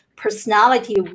personality